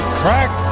crack